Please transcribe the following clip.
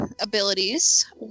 abilities